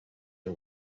him